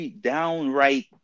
downright